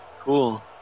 Cool